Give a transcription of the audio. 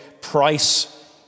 price